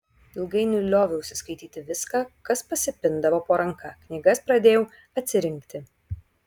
ilgainiui lioviausi skaityti viską kas pasipindavo po ranka knygas pradėjau atsirinkti